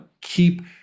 keep